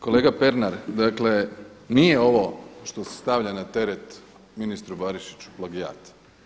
Kolega Pernar, dakle nije ovo što se stavlja na teret ministru Barišiću plagijat.